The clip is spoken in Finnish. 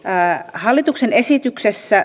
hallituksen esityksessä